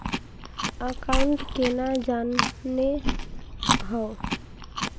Account केना जाननेहव?